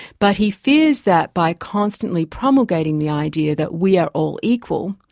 but he fears that by constantly promulgating the idea that we are all equal,